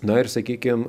na ir sakykim